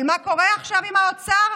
אבל מה קורה עכשיו עם האוצר?